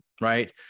right